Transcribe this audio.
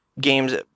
games